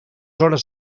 hores